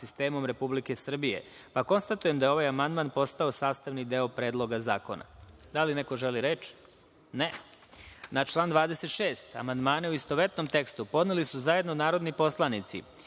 sistemom Republike Srbije. Konstatujem da je ovaj amandman postao sastavni deo Predloga zakona. Da li neko želi reč? (Ne.)Na član 26. amandmane, u istovetnom tekstu, podneli su zajedno narodni poslanici